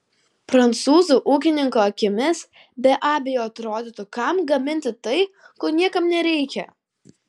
prancūzų ūkininko akimis be abejo atrodytų kam gaminti tai ko niekam nereikia